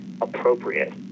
appropriate